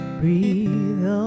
breathe